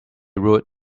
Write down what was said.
route